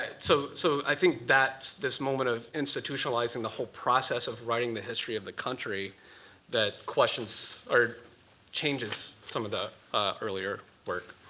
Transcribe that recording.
so so i think that's this moment of institutionalizing the whole process of writing the history of the country that questions or changes some of the earlier work.